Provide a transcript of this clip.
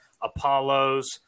Apollos